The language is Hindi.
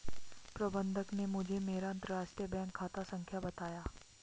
प्रबन्धक ने मुझें मेरा अंतरराष्ट्रीय बैंक खाता संख्या बताया